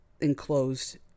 enclosed